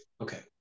okay